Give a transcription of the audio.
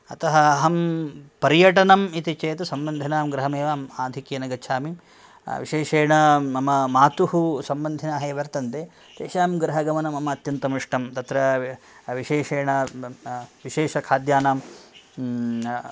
अतः अहं पर्यटनम् इति चेद् सम्बन्धिनां गृहमेव अहम् आधिक्येन गच्छामि विशेषेण मम मातुः सम्बन्धिनः ये वर्तन्ते तेषां गृहगमनं मम अत्यन्तम् इष्टं तत्र विशेषेण विशेषखाद्यानां